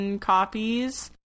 copies